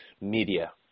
media